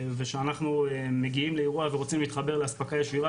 וכשאנחנו מגיעים לאירוע ורוצים להתחבר לאספקה ישירה